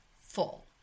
full